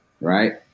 Right